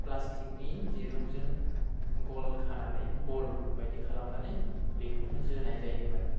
प्लास्टिकनि दिरुंजों गल खानानै बल बायदि खालामनानै बेखौनो जोनाय जायोमोन